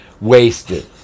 wasted